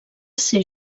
ser